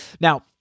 Now